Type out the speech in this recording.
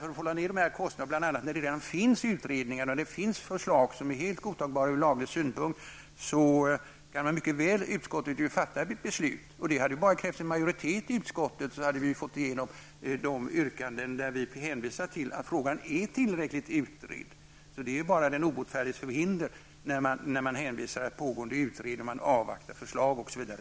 För att bl.a. hålla nere kostnaden, då det ju finns utredningar och föreligger förslag som från laglig synpunkt är helt godtagbara, kunde ju utskottet mycket väl ha fattat ett beslut. Hade vi bara haft en majoritet i utskottet, hade vi fått igenom de yrkanden där vi hänvisar till att frågan är tillräckligt utredd. Det rör sig bara om den obotfärdiges förhinder, när man hänvisar till pågående utredning och vill avvakta förslaget, osv.